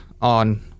on